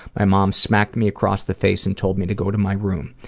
my mom smacked me across the face and told me to go to my room.